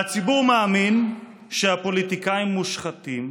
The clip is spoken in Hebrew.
והציבור מאמין שהפוליטיקאים מושחתים,